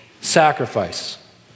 sacrifice